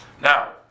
now